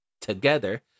together